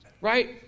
right